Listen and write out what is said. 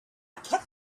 kept